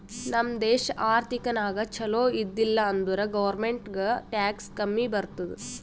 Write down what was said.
ನಮ್ ದೇಶ ಆರ್ಥಿಕ ನಾಗ್ ಛಲೋ ಇದ್ದಿಲ ಅಂದುರ್ ಗೌರ್ಮೆಂಟ್ಗ್ ಟ್ಯಾಕ್ಸ್ ಕಮ್ಮಿ ಬರ್ತುದ್